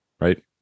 right